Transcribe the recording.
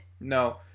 No